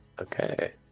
Okay